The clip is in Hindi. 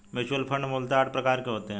म्यूच्यूअल फण्ड मूलतः आठ प्रकार के होते हैं